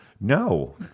No